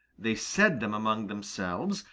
they said them among themselves,